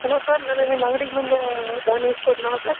hello sir ನಿನ್ನೆ ನಿಮ್ಮ ಅಂಗ್ಡಿಗೆ ಬಂದು ಸರ್